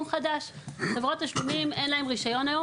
לחברות תשלומים אין רישיון היום,